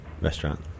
restaurant